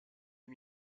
les